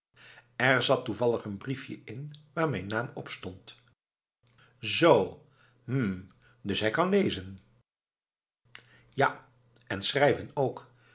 er zat toevallig een briefje in waar mijn naam op stond zoo hm dus hij kan lezen ja en schrijven ook